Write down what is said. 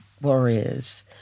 Warriors